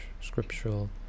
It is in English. scriptural